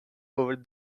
over